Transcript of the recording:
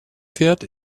fährt